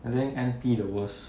I think N_P the worst